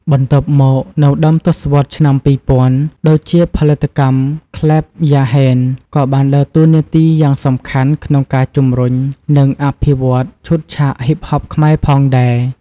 បន្ទាប់មក នៅដើមទសវត្សរ៍ឆ្នាំ ២០០០ ដូចជាផលិតកម្ម ក្លេប យ៉ាហេន ក៏បានដើរតួនាទីយ៉ាងសំខាន់ក្នុងការជំរុញ និងអភិវឌ្ឍឈុតឆាកហ៊ីបហបខ្មែរផងដែរ។